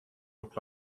look